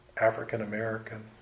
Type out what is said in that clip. African-American